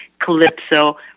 calypso